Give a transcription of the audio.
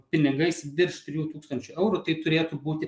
pinigais virš trijų tūkstančių eurų tai turėtų būti